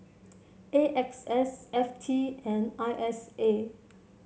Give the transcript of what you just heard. A X S F T and I S A